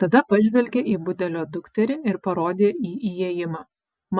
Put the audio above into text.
tada pažvelgė į budelio dukterį ir parodė į įėjimą